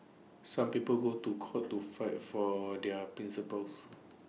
some people go to court to fight for their principles